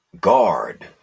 Guard